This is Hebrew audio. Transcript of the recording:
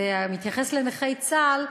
המתייחס לנכי צה"ל,